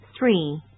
Three